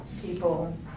people